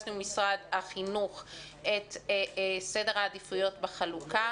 ביקשנו ממשרד החינוך את רשימת סדר העדיפויות בחלוקה.